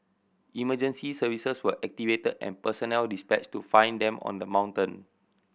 emergency services were activated and personnel dispatched to find them on the mountain